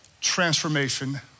transformation